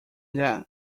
that